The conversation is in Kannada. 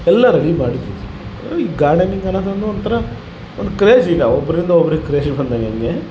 ಎಲ್ಲರಲ್ಲಿ ಮಾಡಿ ತೋರಿಸ್ಬೇಕು ಈ ಗಾರ್ಡನಿಂಗ್ ಅನ್ನದೊಂದು ಒಂಥರ ಒಂದು ಕ್ರೇಜ್ ಈಗ ಒಬ್ಬರಿಂದ ಒಬ್ಬರಿಗ್ ಕ್ರೇಜಿಗೆ ಬಂದಂಗೆ ಹಂಗೆ